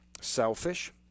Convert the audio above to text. selfish